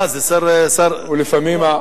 ולפעמים,